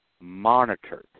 Monitored